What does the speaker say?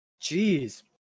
Jeez